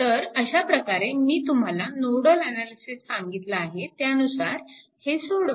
तर अशा प्रकारे मी तुम्हाला नोडल अनालिसिस सांगितला आहे त्यानुसार हे सोडवा